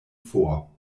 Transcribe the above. vor